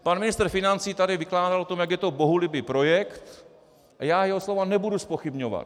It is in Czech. Pan ministr financí tady vykládal o tom, jak je to bohulibý projekt, a já jeho slova nebudu zpochybňovat.